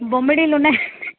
బొమ్మిడాయిలు ఉన్నాయా